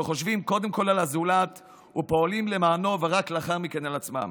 שחושבים קודם כול על הזולת ופועלים למענו ורק לאחר מכן על עצמם.